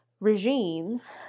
regimes